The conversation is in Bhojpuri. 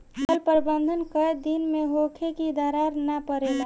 जल प्रबंधन केय दिन में होखे कि दरार न परेला?